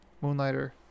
moonlighter